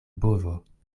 bovo